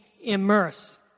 immerse